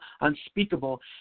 unspeakable